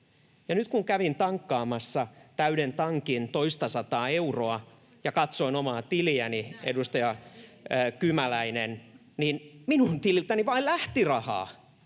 nyt, kun kävin tankkaamassa täyden tankin, toista sataa euroa, ja katsoin omaa tiliäni [Suna Kymäläisen välihuuto] — edustaja Kymäläinen — niin minun tililtäni vain lähti rahaa,